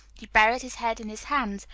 he buried his head in his hands,